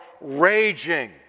raging